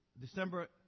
December